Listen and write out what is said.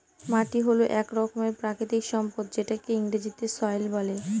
মাটি হল এক রকমের প্রাকৃতিক সম্পদ যেটাকে ইংরেজিতে সয়েল বলে